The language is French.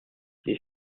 des